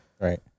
right